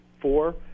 four